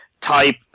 type